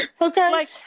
Okay